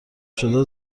شده